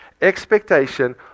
expectation